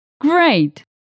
Great